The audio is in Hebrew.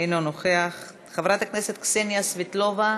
אינו נוכח, חברת הכנסת קסניה סבטלובה,